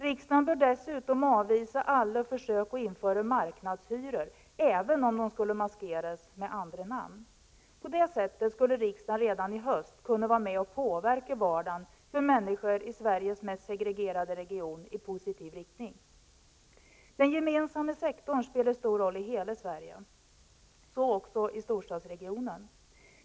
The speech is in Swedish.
Riksdagen bör dessutom avvisa alla försök att införa marknadshyror, även om de skulle maskeras med andra namn. På det sättet skulle riksdagen redan i höst kunna vara med och påverka vardagen i positiv riktning för människorna i Sveriges mest segregerade region. Den gemensamma sektorn spelar en stor roll i hela Sverige, så också i storstadsregionen.